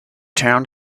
town